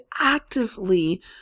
actively